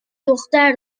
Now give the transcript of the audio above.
دختر